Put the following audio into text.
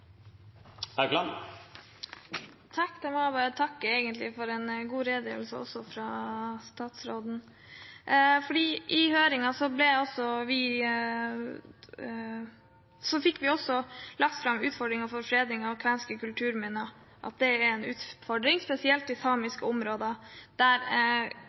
må jeg takke for en god redegjørelse fra statsråden. I høringen fikk vi også lagt fram utfordringen knyttet til fredning av kvenske kulturminner,